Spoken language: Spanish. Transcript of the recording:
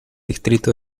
distrito